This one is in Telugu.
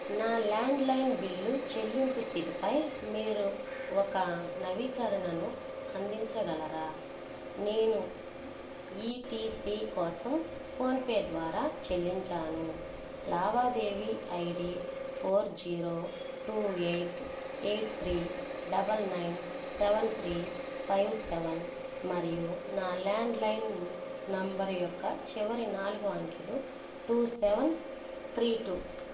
నా ల్యాండ్లైన్ బిల్లు చెల్లింపు స్థితిపై మీరు ఒక నవీకరణను అందించగలరా నేను ఈ టీ సీ కోసం ఫోన్పే ద్వారా చెల్లించాను లావాదేవీ ID four zero two eight eight three double nine seven three five seven మరియు నా ల్యాండ్లైన్ నంబర్ యొక్క చివరి నాలుగు అంకెలు టు సెవెన్ త్రీ టు